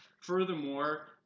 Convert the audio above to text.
Furthermore